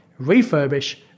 refurbish